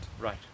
Right